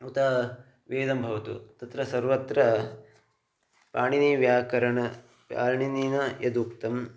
उत वेदं भवतु तत्र सर्वत्र पाणिनिव्याकरणं पाणिनिना यदुक्तं